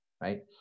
right